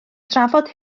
trafod